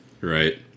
Right